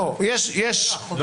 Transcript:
לא, החובה קיימת.